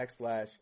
backslash